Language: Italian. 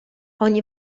ogni